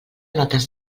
notes